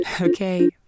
Okay